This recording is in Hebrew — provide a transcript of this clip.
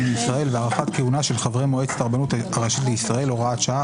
לישראל והארכת כהונה של חברי מועצת הרבנות הראשית לישראל) (הוראת שעה),